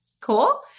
Cool